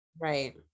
Right